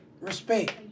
Respect